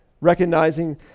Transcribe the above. Recognizing